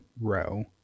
row